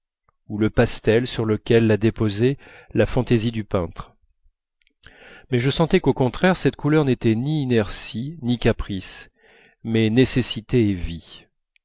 ou le pastel sur lequel l'a déposé la fantaisie du peintre mais je sentais qu'au contraire cette couleur n'était ni inertie ni caprice mais nécessité et vie